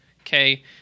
Okay